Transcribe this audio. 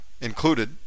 included